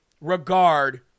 regard